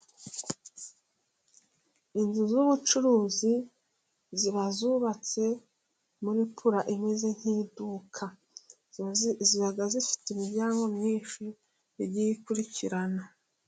Inzu z'ubucuruzi ziba zubatse muri pura imeze nk'iduka, ziba zifite imiryango myinshi yagiye ikurikirana.